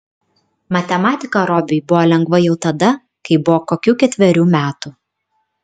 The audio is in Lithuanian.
matematika robiui buvo lengva jau tada kai buvo kokių ketverių metų